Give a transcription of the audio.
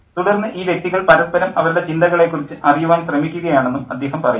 തുടർന്ന് ഈ വ്യക്തികൾ പരസ്പരം അവരുടെ ചിന്തകളെക്കുറിച്ച് അറിയുവാൻ ശ്രമിക്കുകയാണെന്നും അദ്ദേഹം പറയുന്നു